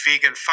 vegan